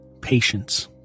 patience